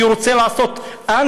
כי הוא רוצה לעשות דה-לגיטימציה,